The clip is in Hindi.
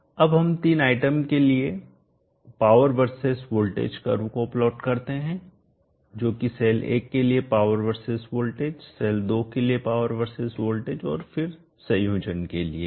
अब हम तीन आइटम के लिए पावर वर्सेस वोल्टेज कर्व को प्लॉट करते हैं जो कि सेल 1 के लिए पावर वर्सेस वोल्टेज सेल 2 के लिए पावर वर्सेस वोल्टेज और फिर संयोजन के लिए है